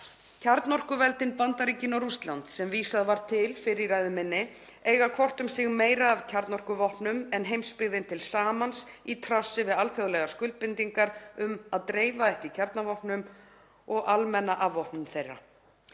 Kjarnorkuveldin Bandaríkin og Rússland, sem vísað var til fyrr í ræðu minni, eiga hvort um sig meira af kjarnorkuvopnum en heimsbyggðin til samans, í trássi við alþjóðlegar skuldbindingar um að dreifa ekki kjarnavopnum og almenna afvopnun þeirra.